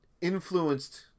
Influenced